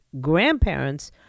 Grandparents